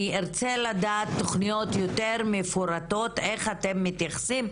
אני ארצה לדעת תוכניות יותר מפורטות איך אתם מתייחסים,